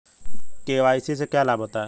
KYC से क्या लाभ होता है?